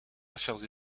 affaires